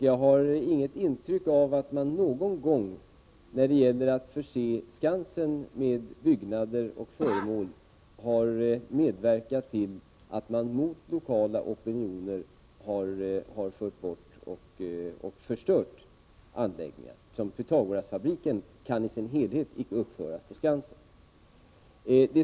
Jag har inget intryck av att man från Skansens sida, när det har gällt att förse Skansen med byggnader och föremål, någon gång har medverkat till att mot lokala opinioner föra bort och förstöra anläggningar. Pythagorasfabriken kan i sin helhet icke uppföras på Skansen.